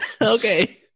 Okay